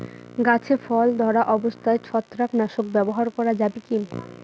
গাছে ফল ধরা অবস্থায় ছত্রাকনাশক ব্যবহার করা যাবে কী?